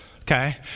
Okay